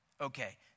Okay